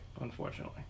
unfortunately